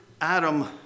Adam